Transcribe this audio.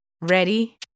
Ready